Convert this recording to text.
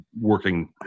working